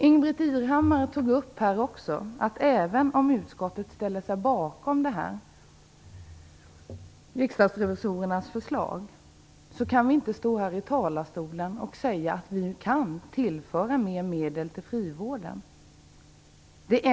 Ingbritt Irhammar sade att även om utskottet ställer sig bakom riksdagsrevisorernas förslag kan vi inte stå här i talarstolen och säga att vi kan tillföra frivården mera medel.